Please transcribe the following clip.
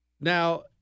Now